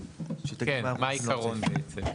כן, מה בעצם העיקרון?